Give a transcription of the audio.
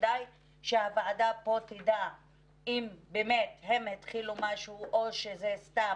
כדאי שהוועדה תדע אם באמת הם התחילו משהו או שזה סתם.